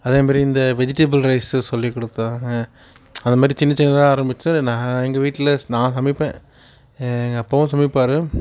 அதே மாதிரி இந்த வெஜிடபுள் ரைசு சொல்லிக் கொடுத்தாங்க அது மாதிரி சின்ன சின்னதாக ஆரம்பித்தேன் நான் எங்கள் வீட்டில் நான் சமைப்பேன் எங்கள் அப்பாவும் சமைப்பார்